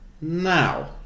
now